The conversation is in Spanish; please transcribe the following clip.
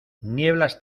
nieblas